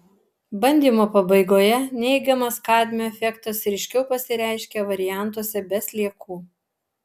bandymo pabaigoje neigiamas kadmio efektas ryškiau pasireiškė variantuose be sliekų